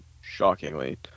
shockingly